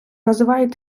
називають